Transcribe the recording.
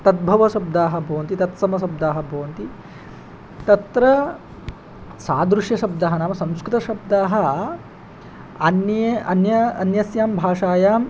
तद्भवशब्दाः भवन्ति तत्समशब्दाः भवन्ति तत्र सादृशशब्दः नाम संस्कृतशब्दाः अन्यस्यां भाषायां